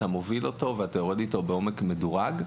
מוביל אותו ויורד איתו בעומק מדורג.